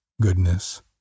goodness